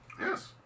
Yes